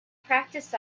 practiced